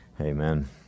Amen